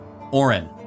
Oren